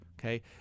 okay